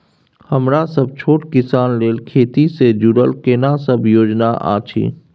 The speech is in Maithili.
मरा सब छोट किसान लेल खेती से जुरल केना सब योजना अछि?